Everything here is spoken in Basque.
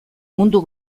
mundu